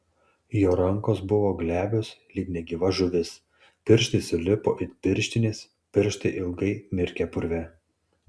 jo rankos buvo glebios lyg negyva žuvis pirštai sulipo it pirštinės pirštai ilgai mirkę purve